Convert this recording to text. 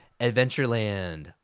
Adventureland